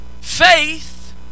faith